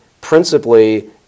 principally